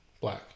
black